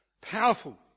powerful